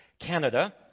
Canada